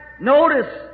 notice